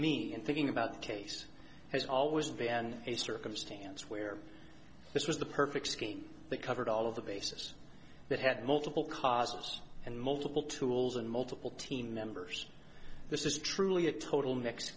me and thinking about the case has always been a circumstance where this was the perfect scheme that covered all of the basis that had multiple causes and multiple tools and multiple team members this is truly a total next